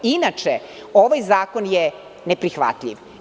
Inače, ovaj zakon je neprihvatljiv.